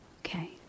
Okay